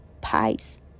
pies